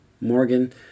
Morgan